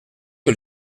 que